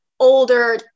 older